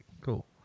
cool